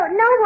no